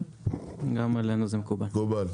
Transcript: גם עלינו זה מקובל.